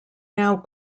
now